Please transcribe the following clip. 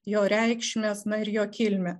jo reikšmes na ir jo kilmę